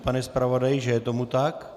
Pane zpravodaji, že je tomu tak?